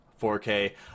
4K